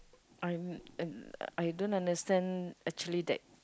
I'm and I don't understand actually that